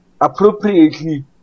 appropriately